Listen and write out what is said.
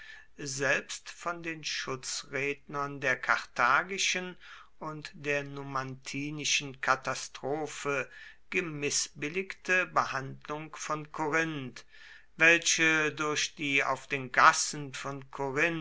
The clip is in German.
selbst von den schutzrednern der karthagischen und der numantinischen katastrophe gemißbilligte behandlung von korinth welche durch die auf den gassen von